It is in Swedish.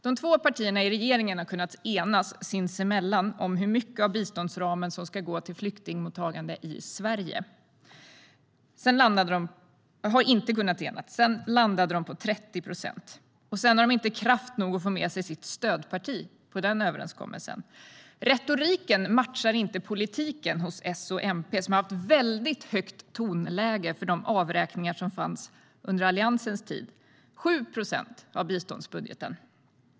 De två partierna i regeringen kunde inte enas om hur mycket av biståndsramen som skulle gå till flyktingmottagande i Sverige. Sedan landade de på 30 procent. Och sedan hade de inte kraft nog att få med sig sitt stödparti på den överenskommelsen. Retoriken matchar inte politiken hos S och MP, som har haft ett väldigt högt tonläge när det gäller de avräkningar som fanns under Alliansens tid - 7 procent av biståndsbudgeten.